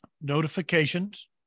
notifications